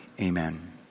amen